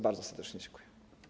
Bardzo serdecznie dziękuję.